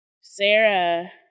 Sarah